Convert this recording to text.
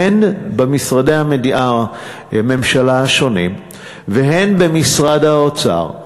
הן במשרדי הממשלה השונים והן במשרד האוצר,